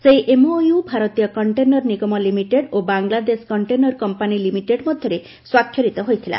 ସେହି ଏମ୍ଓୟୁ ଭାରତୀୟ କଣ୍ଟେନର ନିଗମ ଲିମିଟେଡ ଓ ବାଂଲାଦେଶ କଣ୍ଟେନର କମ୍ପାନି ଲିମିଟେଡ୍ ମଧ୍ୟରେ ସ୍ୱାକ୍ଷରିତ ହୋଇଥିଲା